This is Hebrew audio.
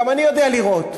גם אני יודע לירות.